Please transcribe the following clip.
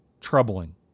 troubling